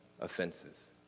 offenses